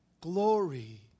glory